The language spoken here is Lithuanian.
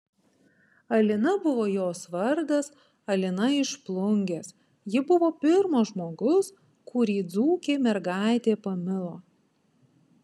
alina buvo jos vardas alina iš plungės ji buvo pirmas žmogus kurį dzūkė mergaitė pamilo